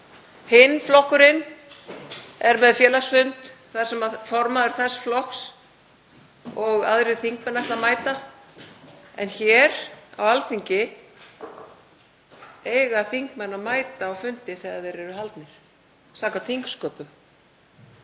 Hinn flokkurinn er með félagsfund þar sem formaður þess flokks og aðrir þingmenn ætla að mæta. En hér á Alþingi eiga þingmenn að mæta á fundi þegar þeir eru haldnir samkvæmt þingsköpum.